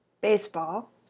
baseball